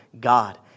God